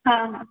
ହଁ ହଁ